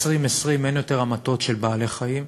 ב-2020 אין יותר המתות של בעלי-חיים,